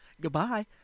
Goodbye